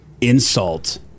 insult